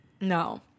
No